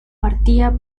partía